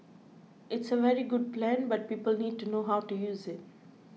it's a very good plan but people need to know how to use it